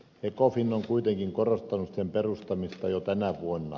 ecofin on kuitenkin korostanut sen perustamista jo tänä vuonna